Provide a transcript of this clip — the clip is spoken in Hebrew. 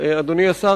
אדוני השר,